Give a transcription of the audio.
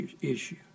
issue